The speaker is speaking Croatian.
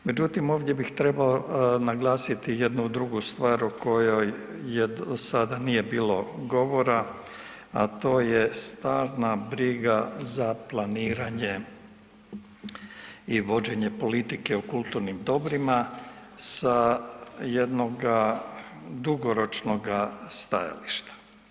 Međutim, ovdje bih trebao naglasiti jednu drugu stvar o kojoj do sada nije bilo govora, a to je stalna briga za planiranje i vođenje politike o kulturnim dobrima sa jednoga dugoročnoga stajališta.